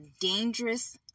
dangerous